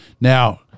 Now